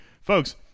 Folks